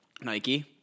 Nike